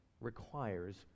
requires